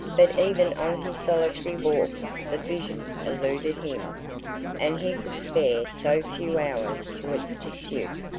but even on his solitary walks the vision eluded him and he could spare so few hours to its pursuit!